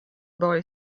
boy